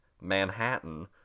Manhattan